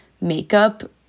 makeup